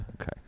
okay